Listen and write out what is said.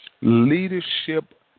Leadership